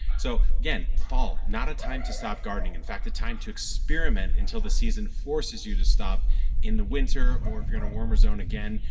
so again fall, not a time to stop gardening. in fact, a time to experiment until the season forces you to stop in the winter. or if you're in a warmer zone, again,